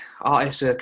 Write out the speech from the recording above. artists